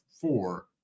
four